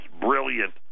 brilliant